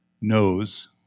knows